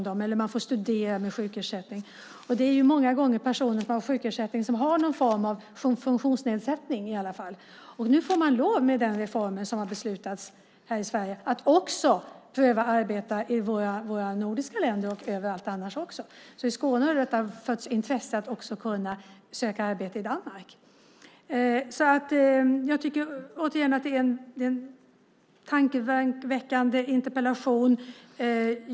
De får också studera med sjukersättning. Många gånger har personer med sjukersättning någon form av funktionsnedsättning. I och med den reform som vi har beslutat om här i Sverige får de nu lov att också pröva att arbeta i våra nordiska länder och överallt annars också. I Skåne har detta fött ett intresse av att söka arbete också i Danmark. Återigen: Jag tycker att det här är en tankeväckande interpellation.